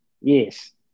yes